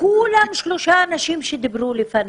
בסך הכול שלושה אנשים שדיברו לפניכם,